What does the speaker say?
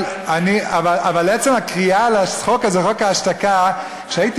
אבל עצם הקריאה לחוק הזה "חוק ההשתקה" כשהייתי